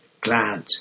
glad